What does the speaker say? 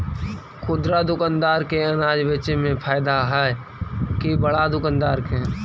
खुदरा दुकानदार के अनाज बेचे में फायदा हैं कि बड़ा दुकानदार के?